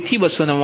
તેથી 299